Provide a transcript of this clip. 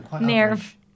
Nerve